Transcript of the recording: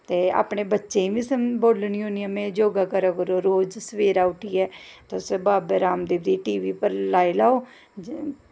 ते अपने बच्चे गी बी बोलनी होन्नी आं में योगा करा करो रोज सवेरै उट्ठियै तुस बाबा राम गी टी वी उप्पर लाई लैऔ